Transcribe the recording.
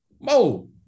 Mo